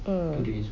mm